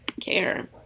care